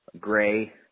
gray